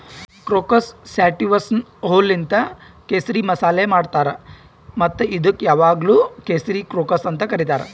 crocus ಸ್ಯಾಟಿವಸ್ನ ಹೂವೂಲಿಂತ್ ಕೇಸರಿ ಮಸಾಲೆ ಮಾಡ್ತಾರ್ ಮತ್ತ ಇದುಕ್ ಯಾವಾಗ್ಲೂ ಕೇಸರಿ ಕ್ರೋಕಸ್ ಅಂತ್ ಕರಿತಾರ್